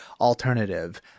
alternative